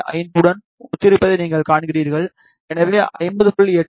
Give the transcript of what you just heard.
5 உடன் ஒத்திருப்பதை நீங்கள் காண்கிறீர்கள் மதிப்பு 50